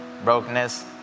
brokenness